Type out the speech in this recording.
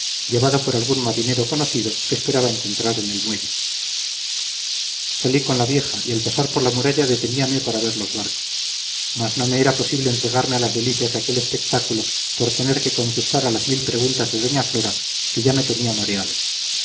llevado por algún marinero conocido que esperaba encontrar en el muelle salí con la vieja y al pasar por la muralla deteníame para ver los barcos mas no me era posible entregarme a las delicias de aquel espectáculo por tener que contestar a las mil preguntas de doña flora que ya me tenía mareado